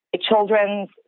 children's